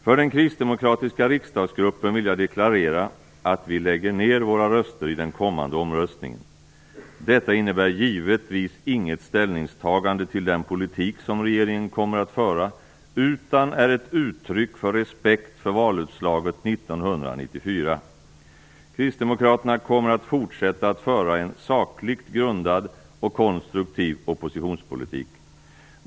För den kristdemokratiska riksdagsgruppen vill jag deklarera att vi lägger ner våra röster vid den kommande omröstningen. Detta innebär givetvis inget ställningstagande till den politik som regeringen kommer att föra, utan är ett uttryck för respekt för valutslaget år 1994. Kristdemokraterna kommer att fortsätta att föra en sakligt grundad och konstruktiv oppositionspolitik.